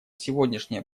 сегодняшнее